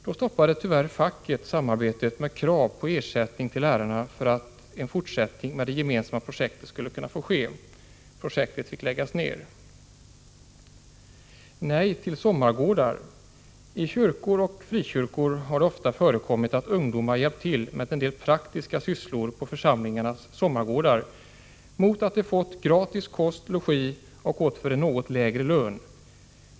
Då stoppade tyvärr facket samarbetet, med krav på ersättning till lärarna för att en fortsättning med det gemensamma projektet skulle tillåtas. Projektet fick läggas ned. Nej till sommargårdar. I kyrkor och frikyrkor har det ofta förekommit att ungdomar hjälpt till med en del praktiska sysslor på församlingarnas sommargårdar mot att de fått gratis kost och logi och gått för en något lägre lön.